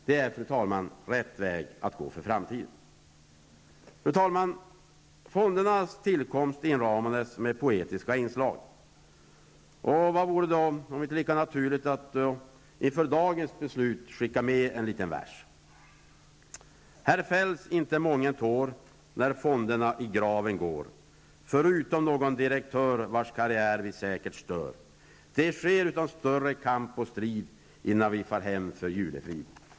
Det är, fru talman, rätt väg att gå för framtiden. Fru talman! Fondernas tillkomst inramades med poetiska inslag. Lika naturligt är det då att inför dagens beslut skicka med en vers: Här fälls inte mången tår, vars karriär vi säkert stör. Det sker utan större kamp och strid, innan vi far hem för julefrid.